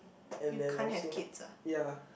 and then also ya